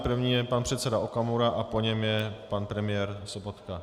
První je pan předseda Okamura a po něm je pan premiér Sobotka.